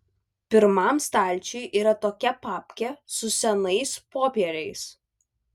pirmam stalčiuj yra tokia papkė su senais popieriais